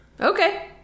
Okay